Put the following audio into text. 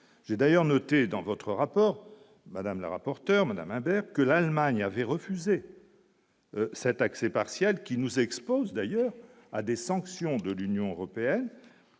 j'ai d'ailleurs noté dans votre rapport Madame le rapporteur madame Himbert que l'Allemagne avait refusé. Cet accès partiel qui nous expose d'ailleurs à des sanctions de l'Union européenne